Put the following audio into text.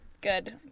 Good